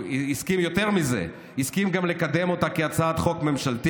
הוא הסכים יותר מזה: הוא הסכים גם לקדם אותה כהצעת חוק ממשלתית,